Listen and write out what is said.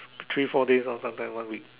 three four days hor sometimes one week